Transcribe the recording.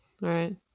Right